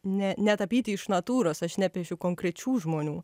ne netapyti iš natūros aš nepiešiu konkrečių žmonių